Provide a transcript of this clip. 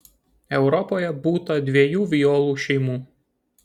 europoje būta dviejų violų šeimų